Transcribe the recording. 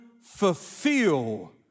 fulfill